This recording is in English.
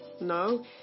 No